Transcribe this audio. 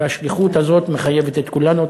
והשליחות הזאת מחייבת את כולנו.